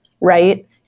right